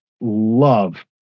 love